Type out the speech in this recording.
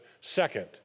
second